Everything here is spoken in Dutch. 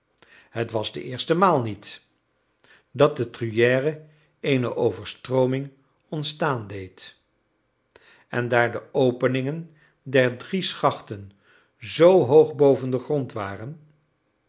het was de eerste maal niet dat de truyère eene overstrooming ontstaan deed en daar de openingen der drie schachten zoo hoog boven den grond waren